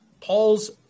Paul's